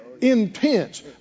Intense